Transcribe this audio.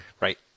Right